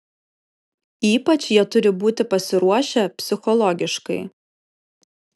ypač jie turi būti pasiruošę psichologiškai